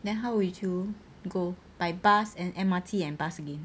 then how would you go by bus and M_R_T and bus again